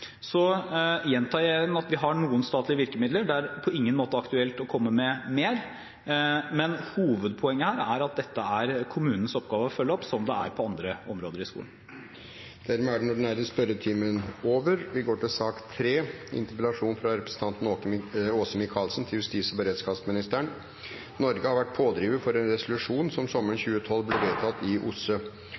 Så gjentar jeg igjen at vi har noen statlige virkemidler, og det er på ingen måte aktuelt å komme med mer. Hovedpoenget her er at dette er kommunenes oppgave å følge opp, som det er på andre områder i skolen. Dermed er den ordinære spørretimen omme. Det har i senere år vært flere saker som har blitt nettopp kasteball mellom flere land, og